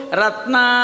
Ratna